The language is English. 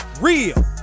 real